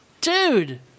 Dude